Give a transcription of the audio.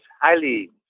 highly